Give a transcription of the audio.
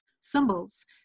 symbols